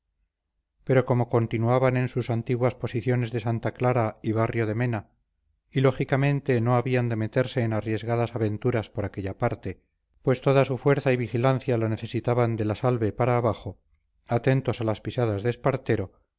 pero como continuaban en sus antiguas posiciones de santa clara y barrio de mena y lógicamente no habían de meterse en arriesgadas aventuras por aquella parte pues toda su fuerza y vigilancia la necesitaban de la salve para abajo atentos a las pisadas de espartero